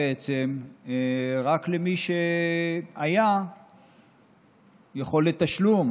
רק מי שהייתה לו יכולת תשלום,